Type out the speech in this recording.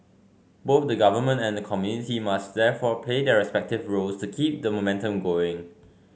both the government and the community must therefore play their respective roles to keep the momentum going